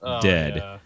dead